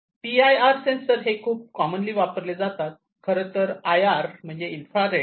P I R sensor हे खूप commonly वापरले जातात खरेतर आय आर म्हणजे इन्फ्रारेड